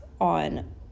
on